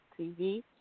TV